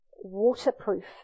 waterproof